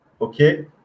Okay